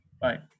Bye